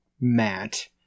Matt